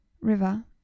River